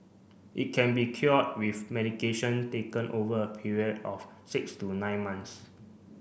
it can be cured with medication taken over a period of six to nine months